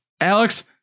Alex